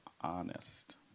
honest